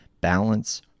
balance